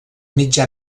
mitjà